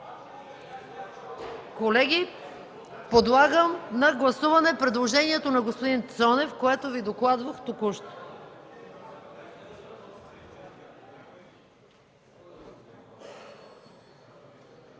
Колеги, подлагам на гласуване предложението на господин Цонев, което Ви докладвах току-що.